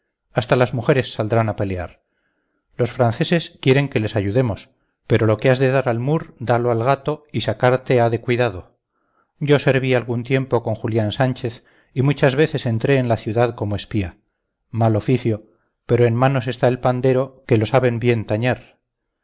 hasta las mujeres saldrán a pelear los franceses quieren que les ayudemos pero lo que has de dar al mur dalo al gato y sacarte ha de cuidado yo serví algún tiempo con julián sánchez y muchas veces entré en la ciudad como espía mal oficio pero en manos está el pandero que lo saben bien tañer